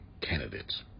candidates